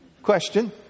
Question